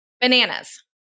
Bananas